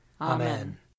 Amen